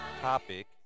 topic